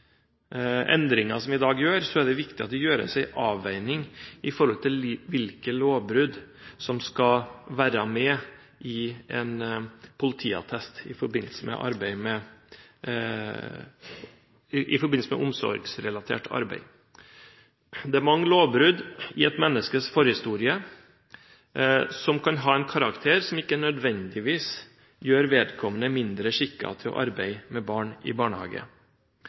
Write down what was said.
endringer som vi gjør i dag, er det viktig at det gjøres en avveining med hensyn til hvilke lovbrudd som skal være med i en politiattest i forbindelse med omsorgsrelatert arbeid. Det er mange lovbrudd i et menneskes forhistorie som kan være av en karakter som ikke nødvendigvis gjør vedkommende mindre skikket til å arbeide med barn i barnehage.